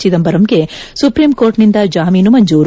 ಚಿದಂಬರಂಗೆ ಸುಪ್ರೀಂಕೋರ್ಟ್ನಿಂದ ಜಾಮೀನು ಮಂಜೂರು